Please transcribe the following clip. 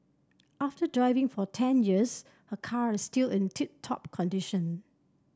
after driving for ten years her car is still in tip top condition